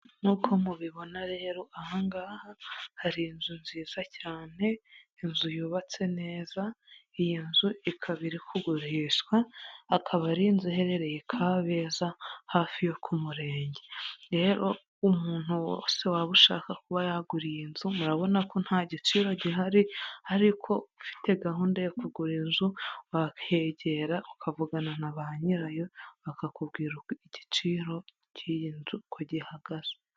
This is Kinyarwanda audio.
Nk'uko mubibona rero aha ngaha, hari inzu nziza cyane, inzu yubatse neza, iyi nzu ikaba iri kugurishwa, akaba ari inzu iherereye Kabeza hafi yo ku murenge. Rero umuntu wese waba ushaka kuba yagura iyi nzu, murabona ko nta giciro gihari ariko ufite gahunda yo kugura inzu, wahegera ukavugana na ba nyirayo, bakakubwira uko igiciro cy'iyi nzu, uko gihagaze.